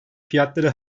fiyatları